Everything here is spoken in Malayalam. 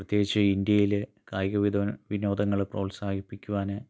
പ്രത്യേകിച്ച് ഇന്ത്യയിലെ കായിക വിനോദങ്ങൾ പ്രോത്സാഹിപ്പിക്കുവാൻ